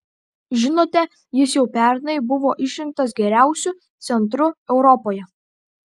žinote jis jau pernai buvo išrinktas geriausiu centru europoje